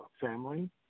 family